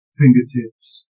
fingertips